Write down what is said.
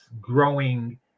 growing